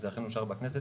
וזה אכן אושר בכנסת,